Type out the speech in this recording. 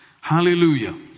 Hallelujah